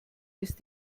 ist